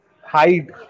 hide